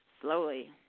slowly